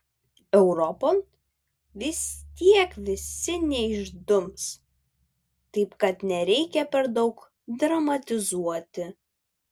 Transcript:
europon vis tiek visi neišdums taip kad nereikia per daug dramatizuoti